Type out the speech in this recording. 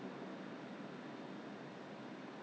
!huh! 很多 some I don't even